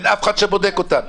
אין אף אחד שבודק אותה.